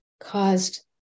caused